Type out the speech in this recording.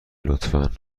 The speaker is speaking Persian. لطفا